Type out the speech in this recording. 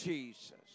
Jesus